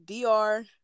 Dr